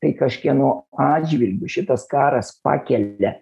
tai kažkieno atžvilgiu šitas karas pakelia